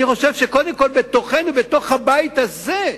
אני חושב שקודם כול בתוכנו, בתוך הבית הזה,